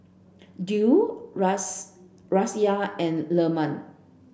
Dwi Raisya and Leman